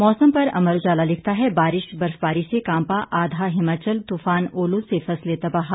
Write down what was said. मौसम पर अमर उजाला लिखता है बारिश बर्फबारी से कांपा आधा हिमाचल तूफान ओलों से फसलें तबाह